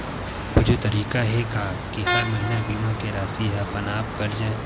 कुछु तरीका हे का कि हर महीना बीमा के राशि हा अपन आप कत जाय?